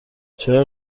چرا